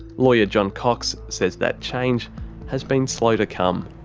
lawyer john cox says that change has been slow to come.